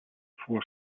four